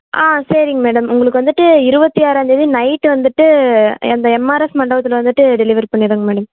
ஆ சரிங்க மேடம் உங்களுக்கு வந்துட்டு இருவத்து ஆறாம் தேதி நைட்டு வந்துட்டு இந்த எம்ஆர்எஸ் மண்டபத்தில் வந்துட்டு டெலிவரி பண்ணிடறேங்க மேடம்